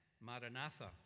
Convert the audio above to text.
Maranatha